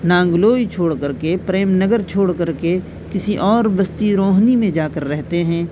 نانگلوئی چھوڑ کر کے پریم نگر چھوڑ کر کے کسی اور بستی روہنی میں جا کر رہتے ہیں